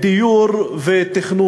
דיור ותכנון.